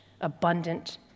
abundant